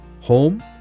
Home